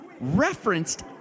referenced